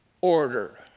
order